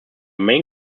main